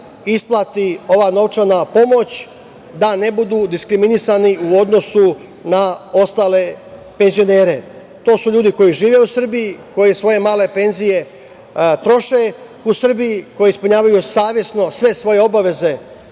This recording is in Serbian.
isplati ova novčana pomoć, da ne budu diskriminisani u odnosu na ostale penzionere. To su ljudi koji žive u Srbiji, koji svoje male penzije troše u Srbiji, koji ispunjavaju savesno sve svoje obaveze